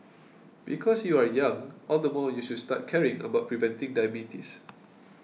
because you are young all the more you should start caring about preventing diabetes